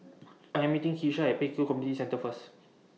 I Am meeting Keshia At Pek Kio Community Centre First